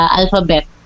alphabet